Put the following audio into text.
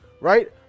Right